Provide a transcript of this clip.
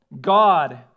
God